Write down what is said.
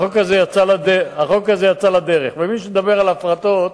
החוק הזה יצא לדרך, ומי שמדבר על הפרטות,